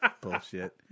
Bullshit